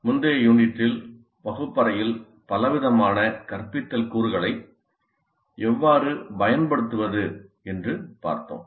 முந்தைய யூனிட்டில் வகுப்பறையில் பலவிதமான கற்பித்தல் கூறுகளை எவ்வாறு பயன்படுத்துவது என்று பார்த்தோம்